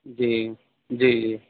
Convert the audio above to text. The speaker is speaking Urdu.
جی جی جی